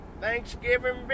Thanksgiving